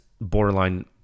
borderline